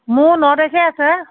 মোৰ ন তাৰিখে আছে